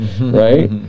right